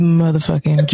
motherfucking